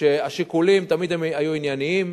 שהשיקולים תמיד היו ענייניים.